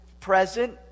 present